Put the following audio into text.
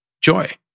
joy